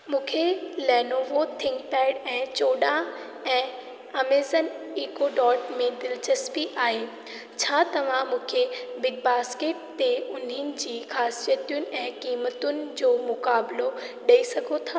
मूंखे Lenovo ThinkPad ऐं चोॾाहं ऐं अमेज़न इको डॉट में दिलचस्पी आहे छा तव्हां मूंखे बिग बास्केट ते उन्हनि जी ख़ासियतुनि ऐं क़ीमतनि जो मुक़ाबिलो ॾेई सघो था